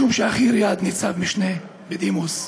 משום שאחי, ניצב משנה בדימוס,